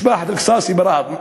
משפחת אלקסס היא ברהט.